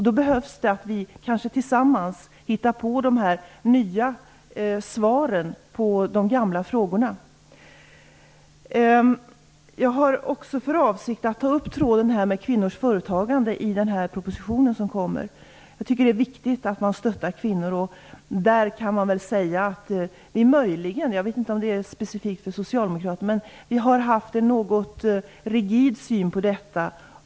Det behövs då att vi kanske tillsammans hittar de nya svaren på de gamla frågorna. Jag har också för avsikt att ta upp tråden med kvinnors företagande i den proposition som kommer. Jag tycker att det är viktigt att stödja kvinnor. Man kan väl säga att vi möjligen - jag vet inte om det är specifikt för socialdemokraterna - har haft en något rigid syn på detta.